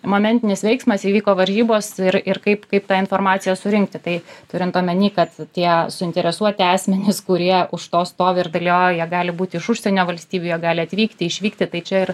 momentinis veiksmas įvyko varžybos ir ir kaip kaip tą informaciją surinkti tai turint omeny kad tie suinteresuoti asmenys kurie už to stovi ir dalyvauja jie gali būti iš užsienio valstybėj o gali atvykti išvykti tai čia ir